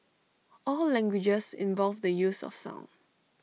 all languages involve the use of sound